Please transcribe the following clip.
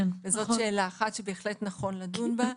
וזאת שאלה אחת שבהחלט נכון לדון בה.